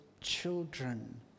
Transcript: children